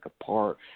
apart